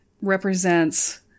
represents